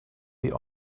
wie